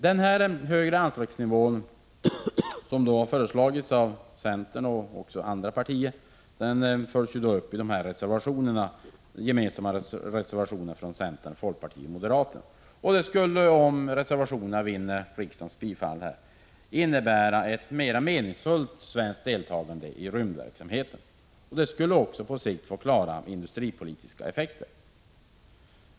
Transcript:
Den högre anslagsnivå som har föreslagits av centern och andra partier följs upp i de gemensamma reservationerna från centern, folkpartiet och moderaterna. Riksdagens bifall till dem skulle innebära ett mera meningsfullt svenskt deltagande i rymdverksamheten, och det skulle också på längre sikt få klara industripolitiska effekter.